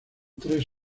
tres